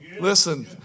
Listen